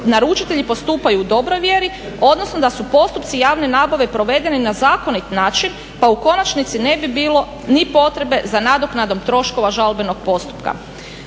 naručitelji postupaju u dobroj vjeri odnosno da su postupci javne nabave provedeni na zakonit način pa u konačnici ne bi bilo ni potrebe za nadoknadom troškova žalbenog postupka.